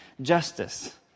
Justice